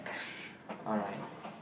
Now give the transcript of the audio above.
alright